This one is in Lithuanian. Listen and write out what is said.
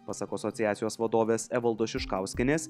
pasak asociacijos vadovės evaldos šiškauskienės